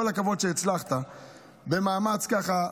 כל הכבוד שהצלחת במאמץ ככה,